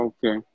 Okay